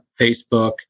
Facebook